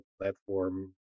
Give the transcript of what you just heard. platform